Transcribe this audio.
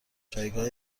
جایگاه